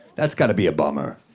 that's gotta be a bummer,